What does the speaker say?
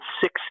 six